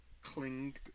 cling